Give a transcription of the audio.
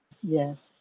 Yes